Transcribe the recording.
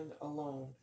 alone